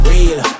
Real